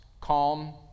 calm